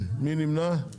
מי נמנע?